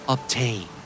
Obtain